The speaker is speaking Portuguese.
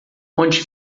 onde